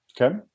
Okay